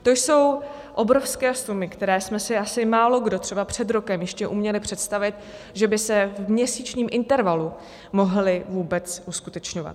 To jsou obrovské sumy, které jsme si asi málokdo třeba před rokem ještě uměli představit, že by se v měsíčním intervalu mohly vůbec uskutečňovat.